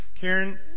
Karen